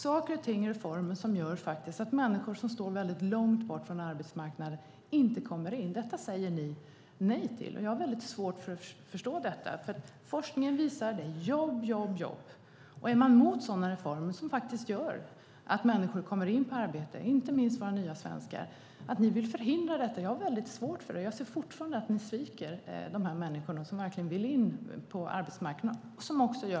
Detta är reformer som gör att människor som står mycket långt från arbetsmarknaden kommer in på den, men dessa reformer säger ni nej till. Jag har mycket svårt att förstå det, eftersom forskningen visar att det är jobb, jobb, jobb som behövs. Att ni är emot och vill förhindra sådana reformer som faktiskt gör att människor kommer in i arbete, inte minst våra nya svenskar, har jag mycket svårt att förstå. Jag tycker fortfarande att ni sviker dessa människor som verkligen vill in på arbetsmarknaden.